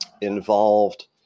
involved